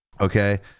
Okay